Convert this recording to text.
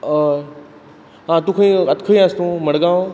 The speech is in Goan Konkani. हय तूं खंय आ आतां खंय आसा तूं मडगांव